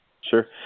Sure